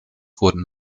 wurden